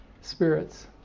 spirits